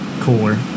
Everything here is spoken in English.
cooler